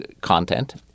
content